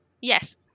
Yes